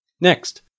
Next